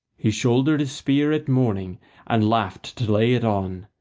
he shouldered his spear at morning and laughed to lay it on,